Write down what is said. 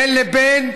בין לבין,